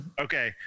Okay